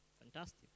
Fantastic